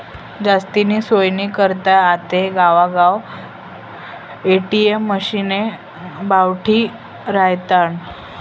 जास्तीनी सोयनी करता आते गावगाव ए.टी.एम मशिने बठाडी रायनात